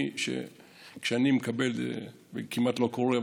זה כמעט לא קורה,